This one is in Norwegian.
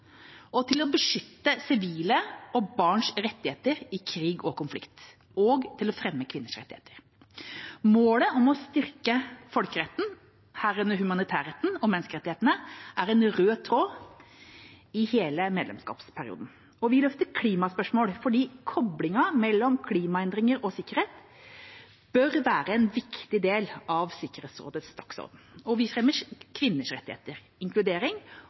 til å beskytte sivile og barns rettigheter i krig og konflikt og til å fremme kvinners rettigheter. Målet om å styrke folkeretten, herunder humanitærretten og menneskerettighetene, er en rød tråd i hele medlemskapsperioden. Vi løfter klimaspørsmål fordi koblingen mellom klimaendringer og sikkerhet bør være en viktig del av Sikkerhetsrådets dagsorden. Vi fremmer kvinners rettigheter, inkludering